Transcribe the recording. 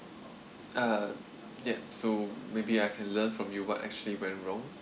uh yup so maybe I can learn from you what actually went wrong